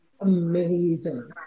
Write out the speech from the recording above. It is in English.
amazing